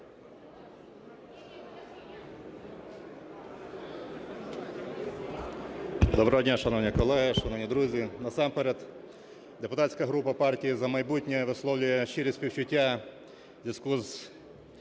Доброго дня, шановні колеги, шановні друзі! Насамперед депутатська група партії "За майбутнє" висловлює щирі співчуття в зв'язку